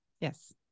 Yes